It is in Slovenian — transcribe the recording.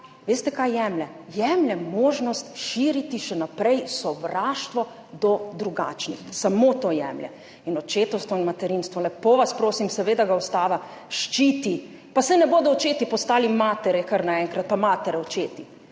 veste kaj jemlje? - jemlje možnost širiti še naprej sovraštvo do drugačnih. Samo to jemlje. In očetovstvo in materinstvo, lepo vas prosim, seveda ga Ustava ščiti, pa saj ne bodo očeti postali matere kar naenkrat, pa matere, očeti.